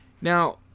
Now